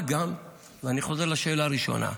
מה גם, ואני חוזר לשאלה הראשונה: